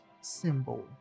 symbol